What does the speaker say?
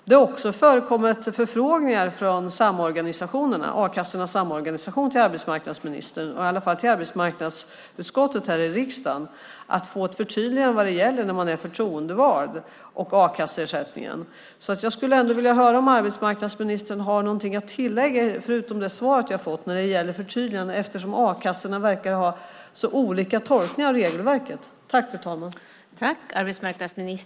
Det har också förekommit förfrågningar från a-kassornas samorganisation till arbetsmarknadsministern, i alla fall till arbetsmarknadsutskottet i riksdagen, om att få ett förtydligande av vad som gäller när man är förtroendevald och har a-kasseersättningen. Jag skulle ändå vilja höra om arbetsmarknadsministern har något att tillägga utöver det svar jag har fått när det gäller förtydligande eftersom a-kassorna verkar ha så olika tolkningar av regelverket.